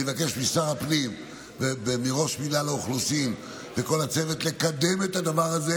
אני מבקש משר הפנים ומראש מינהל האוכלוסין וכל הצוות לקדם את הדבר הזה.